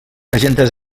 agendes